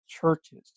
churches